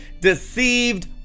deceived